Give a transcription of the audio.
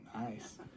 nice